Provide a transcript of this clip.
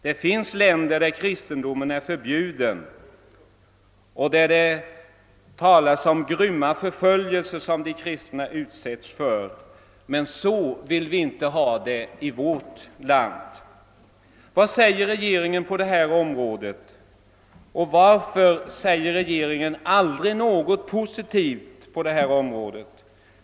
Det finns länder där kristendomen är förbjuden och där det talas om att de kristna utsätts för grymma förföljelser, men så vill vi inte ha det i vårt land. Varför säger regeringen aldrig någonting positivt om dessa saker?